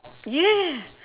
ya